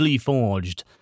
forged